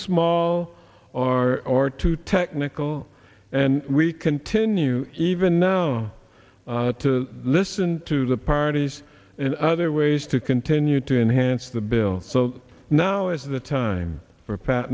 small or or too technical and we continue even now to listen to the parties and other ways to continue to enhance the bill so now is the time for